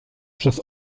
przez